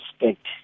respect